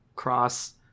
cross